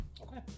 Okay